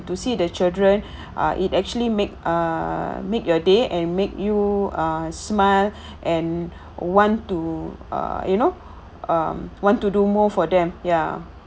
to see the children ah it actually make ah make your day and make you ah smile and want to uh you know um want to do more for them ya